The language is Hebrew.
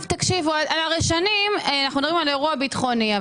אנחנו מדברים על אירוע ביטחוני.